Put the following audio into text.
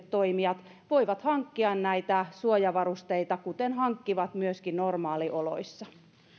toimijat voivat hankkia näitä suojavarusteita kuten hankkivat myöskin normaalioloissa